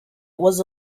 was